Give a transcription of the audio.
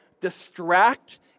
distract